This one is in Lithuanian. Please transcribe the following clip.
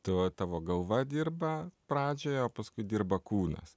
tu tavo galva dirba pradžioj o paskui dirba kūnas